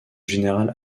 général